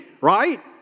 right